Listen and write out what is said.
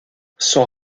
sont